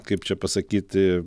kaip čia pasakyti